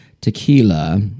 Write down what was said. tequila